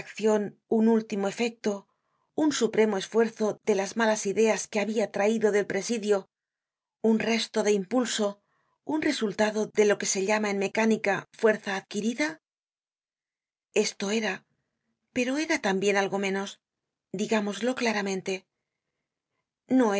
un último efecto un supremo esfuerzo de las malas ideas que habia traido del presidio un resto de impulso un resultado de lo que se llama en mecánica fuerza adquiri da esto era pero era también algo menos digámoslo claramente no